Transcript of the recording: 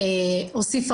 אני חושב שהגיע